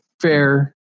fair